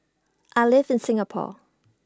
I live in Singapore